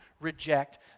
reject